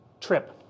trip